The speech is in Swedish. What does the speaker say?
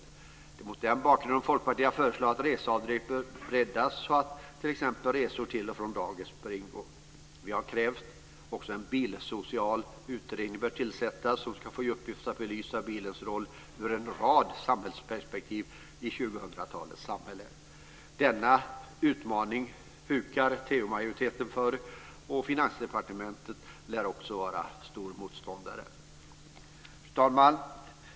Det är mot den bakgrunden som Folkpartiet har föreslagit att reseavdraget bör breddas så att t.ex. resor till och från dagis ingår. Vi har också krävt att en bilsocialutredning ska tillsättas som ska få i uppgift att belysa bilens roll från en rad samhällsperspektiv i 2000-talets samhälle. Denna utmaning hukar TU-majoriteten för, och Finansdepartementet lär också vara stor motståndare. Fru talman!